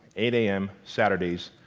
eight a m, saturday's,